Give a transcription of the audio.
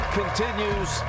continues